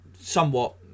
somewhat